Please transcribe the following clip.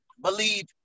believe